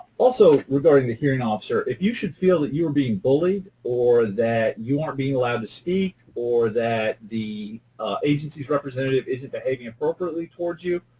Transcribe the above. also, regarding the hearing officer, if you should feel that you are being bullied or that you aren't being allowed to speak or that the agency's representative isn't behaving appropriately towards you,